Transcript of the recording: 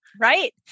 Right